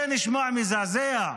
זה נשמע מזעזע.